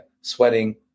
sweating